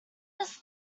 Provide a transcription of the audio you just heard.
his